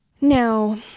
Now